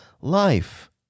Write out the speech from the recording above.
life